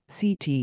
CT